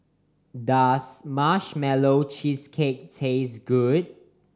does Marshmallow Cheesecake taste good